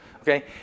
Okay